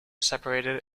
separated